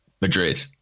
Madrid